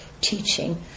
teaching